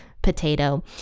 potato